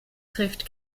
trifft